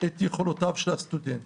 את יכולותיו של הסטודנט.